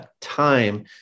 time